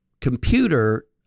computer